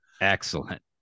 Excellent